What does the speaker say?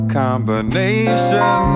combination